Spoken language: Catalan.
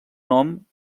nom